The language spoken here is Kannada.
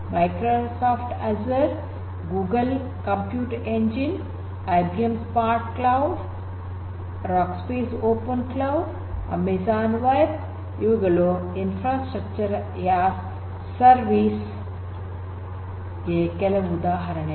Microsoft Azure Google compute engine IBM smart cloud Rackspace open cloud Amazon web ಇವುಗಳು ಇನ್ಫ್ರಾಸ್ಟ್ರಕ್ಚರ್ ಯಾಸ್ ಎ ಸರ್ವಿಸ್ ಗೆ ಕೆಲವು ಉದಾಹರಣೆಗಳು